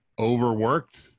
Overworked